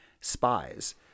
spies